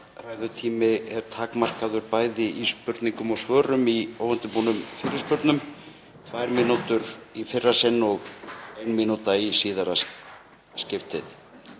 ræðutími er takmarkaður, bæði í spurningum og svörum í óundirbúnum fyrirspurnum, tvær mínútur í fyrra sinn og ein mínúta í síðara skiptið.